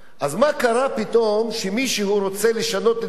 מה קרה פתאום שמישהו רוצה לשנות את זה